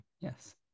yes